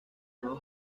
nuevo